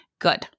Good